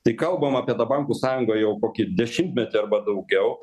tai kalbama apie tą bankų sąjungą jau kokį dešimtmetį arba daugiau